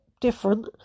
different